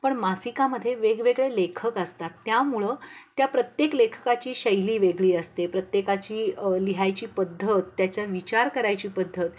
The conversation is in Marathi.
पण मासिकामध्ये वेगवेगळे लेखक असतात त्यामुळं त्या प्रत्येक लेखकाची शैली वेगळी असते प्रत्येकाची लिहायची पद्धत त्याचा विचार करायची पद्धत